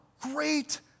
great